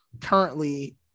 currently